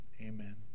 amen